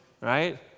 right